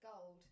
gold